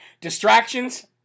Distractions